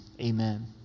amen